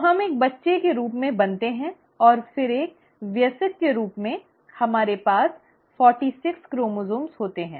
तो हम एक बच्चे के रूप में बनते हैं और फिर एक वयस्क के रूप में हमारे पास 46 क्रोमोसोम्स होते हैं